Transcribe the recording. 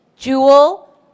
Jewel